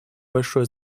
большое